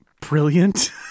brilliant